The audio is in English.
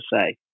say